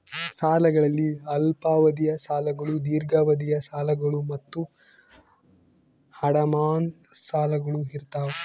ಸಾಲಗಳಲ್ಲಿ ಅಲ್ಪಾವಧಿಯ ಸಾಲಗಳು ದೀರ್ಘಾವಧಿಯ ಸಾಲಗಳು ಮತ್ತು ಅಡಮಾನ ಸಾಲಗಳು ಇರ್ತಾವ